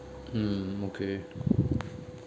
mm okay